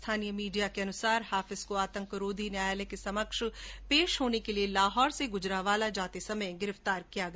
स्थानीय मीडिया के अनुसार हाफिज को आतंकरोधी न्यायालय के समक्ष पेश होने के लिए लाहौर से गुजरांवाला जाते समय गिरफ्तार किया गया